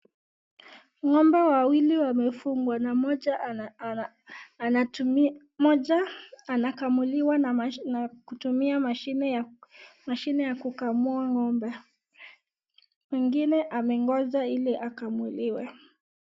Ngombe wawili wamefungwa na mmoja anakamuliwa, na kutumia mashini ya kukamua ngombe. Mwingine amengoja ili akamuliwe.